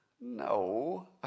No